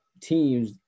teams